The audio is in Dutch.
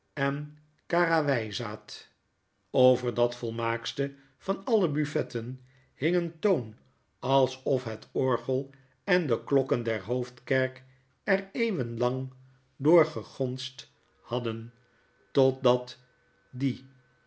en karawpaad over dat volmaaktste van alle buffetten hing een toon alsof het orgel en de klokken der hoofdkerk er eeuwen lang door gegonsd hadden totdat die